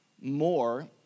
more